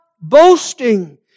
boasting